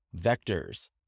Vectors